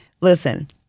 Listen